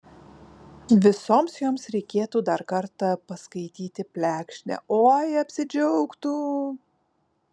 visoms joms reikėtų dar kartą paskaityti plekšnę oi apsidžiaugtų